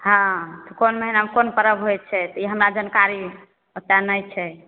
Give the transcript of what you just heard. हँ कोन महिनामे कोन परब होइ छै ई हमरा जानकारी ओत्तेक नहि छै